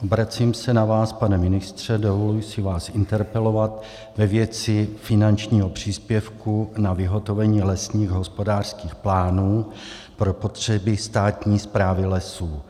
Obracím se na vás, pane ministře, dovoluji si vás interpelovat ve věci finančního příspěvku na vyhotovení lesních hospodářských plánů pro potřeby státní správy lesů.